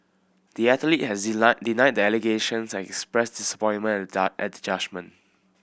the athlete has denied the allegations and expressed disappointment at the judgment